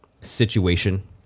situation